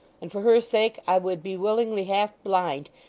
and for her sake i would be willingly half-blind,